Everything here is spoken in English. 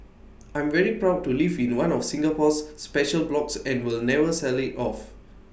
I'm very proud to live in one of Singapore's special blocks and will never sell IT off